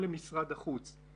אנחנו לפני נערכים חצי שנה מראש,